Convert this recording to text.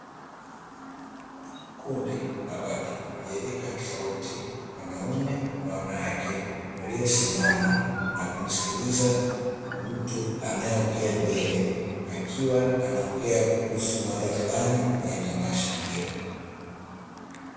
Kundi la watu wenye rika tofauti wanaume kwa wanawake waliosimama na kumsikiliza mtu anayeongea mbele, akiwa anaongea kuhusu mada fulani kwenye tamasha hilo.